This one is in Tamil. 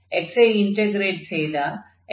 x ஐ இன்டக்ரேட் செய்தால் x22 என்று ஆகும்